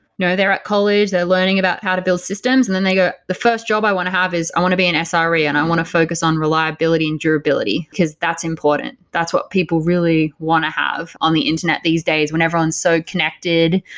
no, they're at college. they're learning about how to build systems, and then they go, the first job i want to have is i want to be an ah sre and i want to focus on reliability and durability, because that's important. that's what people really want to have on the internet these days, when everyone's so connected.